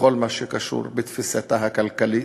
בכל מה שקשור לתפיסתה הכלכלית.